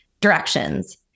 directions